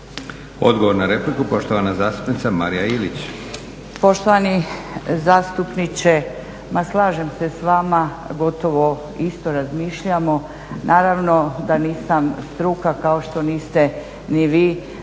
Odgovor na repliku, poštovana zastupnica Marija Ilić.